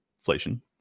inflation